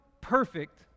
perfect